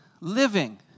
living